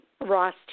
Ross